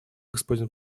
господин